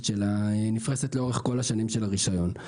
שלה נפרסת לאורך כל השנים של הרישיון.